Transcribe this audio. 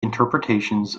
interpretations